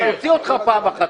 הוא כבר הוציא אותך פעם אחת.